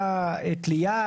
תודה לנציגי המשרד